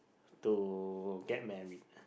to get married